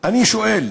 אני שואל: